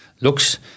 looks